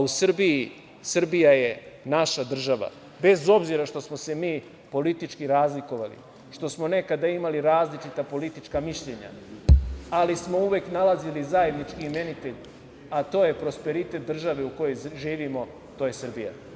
U Srbiji, Srbija je naša država, bez obzira što smo se mi politički razlikovali, što smo nekada imali različita politička mišljenja, uvek smo nalazili zajednički imenitelj, a to je prosperitet države u kojoj živimo, to je Srbija.